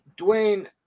Dwayne